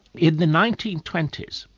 in the nineteen twenty s,